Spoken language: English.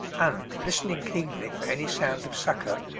and, listening keenly for any sound of succour,